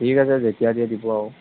ঠিক আছে যেতিয়া দিয়ে দিব আৰু